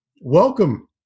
welcome